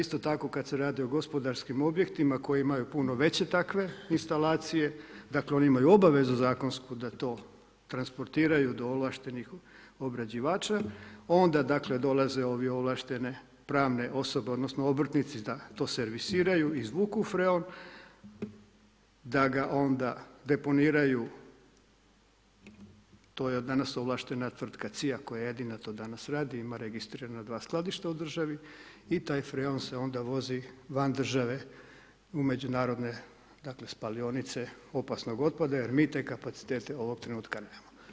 Isto tako kada se radi o gospodarskim objektima koji imaju puno veće takve instalacije dakle, oni imaju obavezu zakonsku da to transportiraju do ovlaštenih obrađivača, onda dolaze ovlaštene pravne osobe odnosno obrtnici da to servisiraju, izvuku freon da ga onda deponiraju to je danas ovlaštena tvrtka CIA koja jedina to danas radi i ima registrirana dva skladišta u državi i taj freon se onda vozi van države u međunarodne spalionice opasnog otpada jer mi te kapacitete ovoga trenutka nemamo,